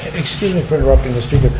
excuse me for interrupting mr.